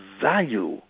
value